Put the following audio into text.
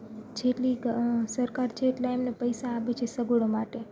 જેટલીક સરકાર જેટલાં એમને પૈસા આપે છે સગવડો માટે